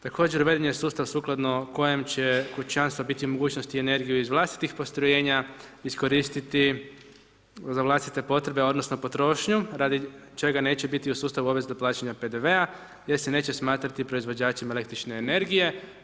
Također je sustav sukladno kojem će kućanstva biti mogućnost i energiju iz vlastitih postrojenja iskoristiti za vlastite potrebe odnosno, potrošnju, radi čega neće biti u sustavu obveze plaćanja PDV-a gdje se neće smatrati proizvođačem el. energije.